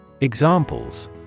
examples